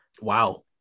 Wow